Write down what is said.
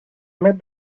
met